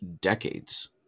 decades